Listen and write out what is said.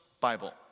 Bible